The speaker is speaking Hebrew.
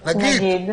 קודם.